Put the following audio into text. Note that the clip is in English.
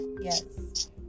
yes